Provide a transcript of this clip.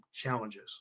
challenges